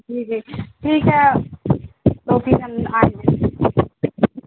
جی جی ٹھیک ہے تو پھر ہم آئیں گے